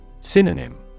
Synonym